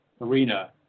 arena